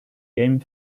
game